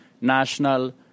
national